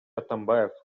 атамбаев